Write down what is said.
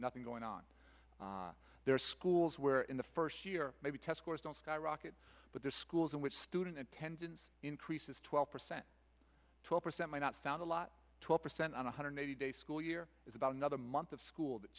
nothing going on there are schools where in the first year maybe test scores don't skyrocket but the schools in which student attendance increases twelve percent twelve percent might not sound a lot twelve percent on one hundred eighty day school year is about another month of school th